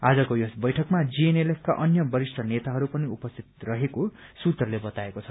आजको यस बैठकमा जीएनएलएफका अन्य वरिष्ठ नेताहरू पनि उपस्थित रहेको सूत्रले बताएको छ